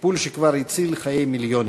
טיפול שכבר הציל חיי מיליונים.